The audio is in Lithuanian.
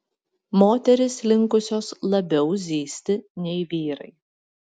moterys linkusios labiau zyzti nei vyrai